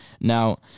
now